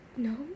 No